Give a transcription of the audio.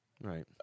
Right